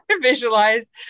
visualize